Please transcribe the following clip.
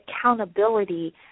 accountability